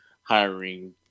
hiring